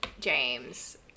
James